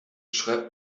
schreibt